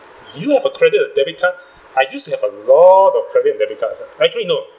do you have a credit or debit card I used to have a lot of credit and debit cards uh actually no